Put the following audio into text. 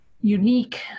unique